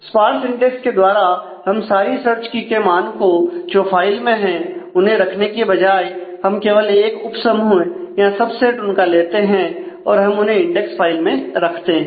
sparse index के द्वारा हम सारी सर्च की के मान को जो फाइल में है उन्हें रखने के बजाय हम केवल एक उपसमूह या सबसेट उनका लेते हैं और हम उन्हें इंडेक्स फाइल में रखते हैं